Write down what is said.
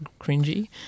cringy